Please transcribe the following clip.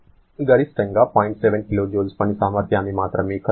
7 kJ పని సామర్థ్యాన్ని మాత్రమే కలిగి ఉంటుంది